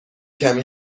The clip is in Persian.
کمی